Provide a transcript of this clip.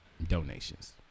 Donations